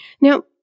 Now